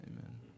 Amen